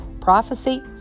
Prophecy